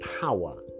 power